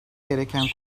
gereken